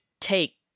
take